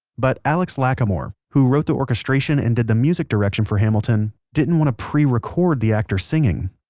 but alex lacamoire, who wrote the orchestration and did the music direction for hamilton, didn't want to pre-record the actor singing.